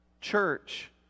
church